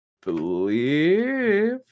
believe